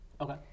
Okay